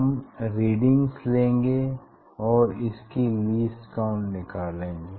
हम रीडिंग लेंगे और इसकी लीस्ट काउंट निकालेंगे